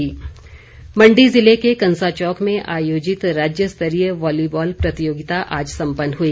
volleyball Mandi जिले के कंसाचौक में आयोजित राज्य स्तरीय वॉलीबॉल प्रतियोगिता आज सम्पन्न हुई